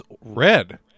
red